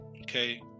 Okay